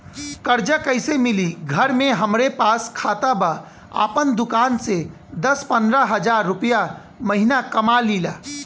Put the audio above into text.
कर्जा कैसे मिली घर में हमरे पास खाता बा आपन दुकानसे दस पंद्रह हज़ार रुपया महीना कमा लीला?